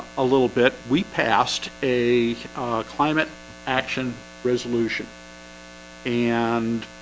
a little bit we passed a climate action resolution and